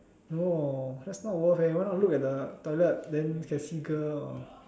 no that's not worth eh why not look at the toilet then can see girl or